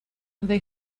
they